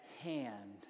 hand